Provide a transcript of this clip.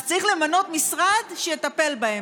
אז צריך למנות משרד שיטפל בהם.